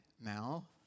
now